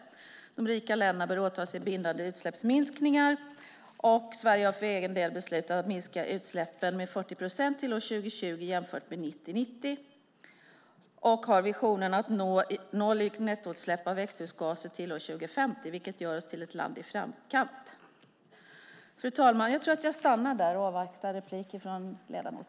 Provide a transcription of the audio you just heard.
De rika länderna bör åta sig bindande utsläppsminskningar. Sverige har för egen del beslutat att minska utsläppen med 40 procent till år 2020 jämfört med 1990 och har visionen att nå noll i nettoutsläpp av växthusgaser till år 2050, vilket gör oss till ett land i framkant.